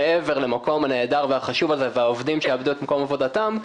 מעבר למקום הנהדר והחשוב הזה והעובדים שיאבדו את מקום עבודתם,